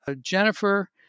Jennifer